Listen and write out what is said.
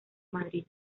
madrid